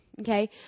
okay